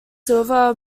silver